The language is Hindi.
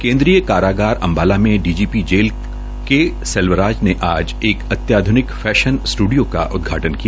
केन्द्रीय कारागार अम्बाला में डीजीपी जेल के सेल्वराज ने आज एक आध्निक फैशन स्टूडियो का उद्घाटन किया